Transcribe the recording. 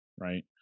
right